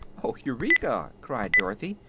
oh, eureka! cried dorothy,